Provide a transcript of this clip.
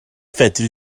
fedri